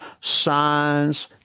signs